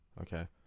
Okay